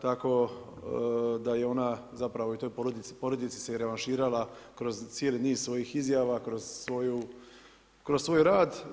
Tako da je ona zapravo i toj porodici se revanširala kroz cijeli niz svojih izjava, kroz svoj rad.